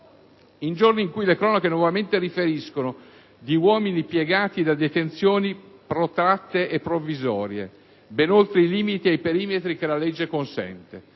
in giorni in cui le cronache nuovamente riferiscono di uomini piegati da detenzioni provvisorie e protratte (ben oltre i limiti e i perimetri che la legge consente),